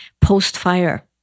post-fire